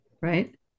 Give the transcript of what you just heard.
Right